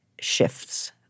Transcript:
shifts